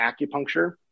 acupuncture